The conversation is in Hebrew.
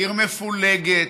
עיר מפולגת,